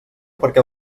perquè